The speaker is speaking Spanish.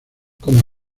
como